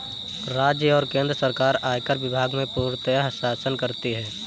राज्य और केन्द्र सरकार आयकर विभाग में पूर्णतयः शासन करती हैं